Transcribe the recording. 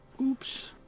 oops